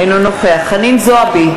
אינו נוכח חנין זועבי,